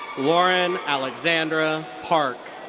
lauren alexandra park.